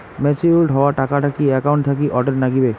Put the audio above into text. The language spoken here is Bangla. ম্যাচিওরড হওয়া টাকাটা কি একাউন্ট থাকি অটের নাগিবে?